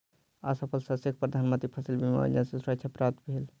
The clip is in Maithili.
असफल शस्यक प्रधान मंत्री फसिल बीमा योजना सॅ सुरक्षा प्राप्त भेल